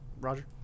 Roger